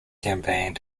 campaign